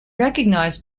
recognized